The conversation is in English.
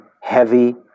heavy